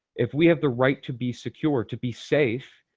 if we have the right to be secure, to be safe,